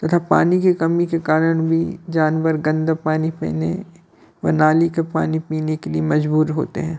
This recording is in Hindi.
तथा पानी की कमी के कारण भी जानवर गंदा पानी पीने व नाली का पानी पीने के लिए मजबूर होते हैं